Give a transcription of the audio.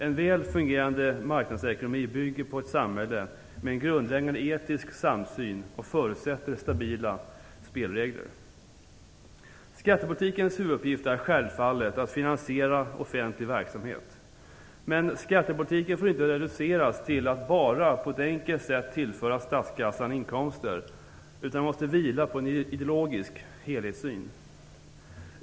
En väl fungerande marknadsekonomi bygger på ett samhälle med en grundläggande etisk samsyn och förutsätter stabila spelregler. Skattepolitikens huvuduppgift är självfallet att finansiera offentlig verksamhet. Men skattepolitiken får inte reduceras till att bara på ett enkelt sätt tillföra statskassan inkomster, utan den måste vila på en ideologisk helhetssyn.